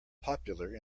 popular